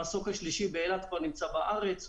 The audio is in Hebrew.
המסוק השלישי באילת כבר נמצא בארץ,